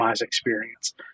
experience